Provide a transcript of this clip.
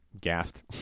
gassed